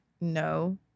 No